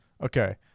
Okay